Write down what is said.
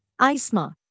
ISMA